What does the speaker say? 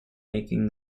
making